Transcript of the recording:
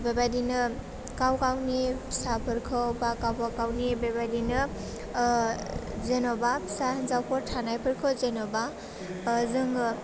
बेबायदिनो गाव गावनि फिसाफोरखौ बा गाबागावनि बेबायदिनो जेन'बा फिसा हिन्जावफोर थानायफोरखौ जेन'बा जोङो